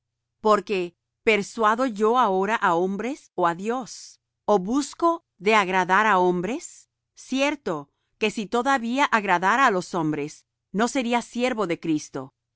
sea anatema porque persuado yo ahora á hombres ó á dios ó busco de agradar á hombres cierto que si todavía agradara á los hombres no sería siervo de cristo